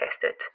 tested